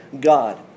God